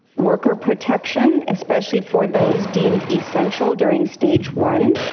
worker protection, especially for those deemed essential during stage one,